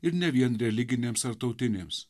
ir ne vien religinėms ar tautinėms